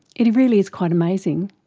it really is quite amazing.